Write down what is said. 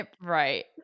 right